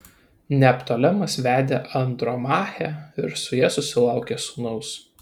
neoptolemas vedė andromachę ir su ja susilaukė sūnaus